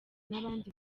n’abandi